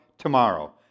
Tomorrow